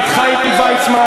את חיים ויצמן.